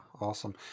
Awesome